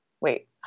Wait